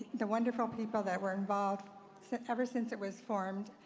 the wonderful people that were involved ever since it was formed,